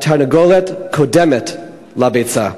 התרנגולת קודמת לביצה,